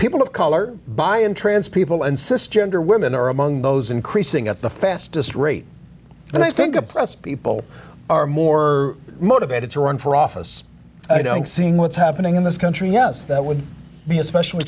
people of color by and trans people and sister under women are among those increasing at the fastest rate and i think oppressed people are more motivated to run for office seeing what's happening in this country yes that would be especially